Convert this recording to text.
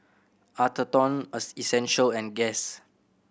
Atherton Essential and Guess